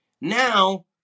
now